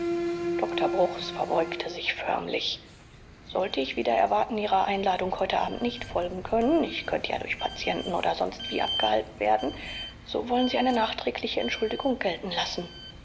dr bruchs verbeugte sich förmlich sollte ich wider erwarten ihrer einladung heute abend nicht folgen können ich könnte ja durch patienten oder sonstwie abgehalten werden so wollen sie eine nachträgliche entschuldigung gelten lassen